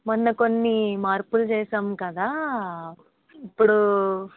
మొన్న కొన్నిమార్పులు చేసాము కదా ఇప్పుడు